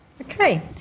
Okay